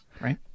right